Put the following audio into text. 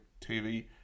TV